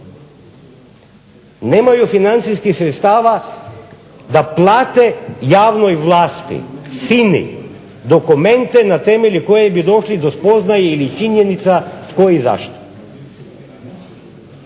Nemaju financijskih sredstava da plate javnoj vlasti FINA-i dokumente na temelju kojih bi došli do spoznaje ili činjenica tko i zašto.